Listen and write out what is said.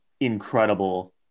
incredible